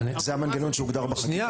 זה המנגנון שהוגדר בחוק.